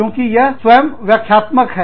क्योंकि यह स्वयं व्याख्यात्मक है